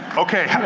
okay,